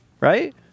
Right